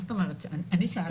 אני שאלתי.